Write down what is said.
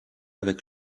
avec